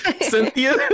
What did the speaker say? Cynthia